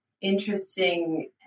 interesting